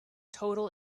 total